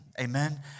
Amen